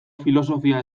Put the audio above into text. filosofia